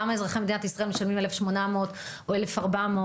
למה אזרחי מדינת ישראל משלמים 1,800 או 1,400,